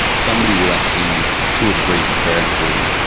somebody will actually to a degree be caring for them,